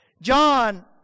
John